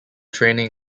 training